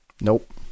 Nope